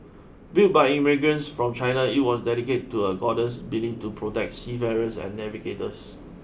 built by immigrants from China it was dedicated to a goddess believed to protect seafarers and navigators